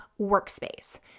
workspace